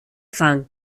fang